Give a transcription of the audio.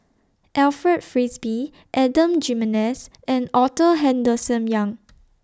Alfred Frisby Adan Jimenez and Arthur Henderson Young